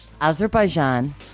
Azerbaijan